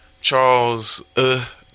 Charles